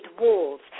walls